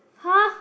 !huh!